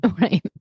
right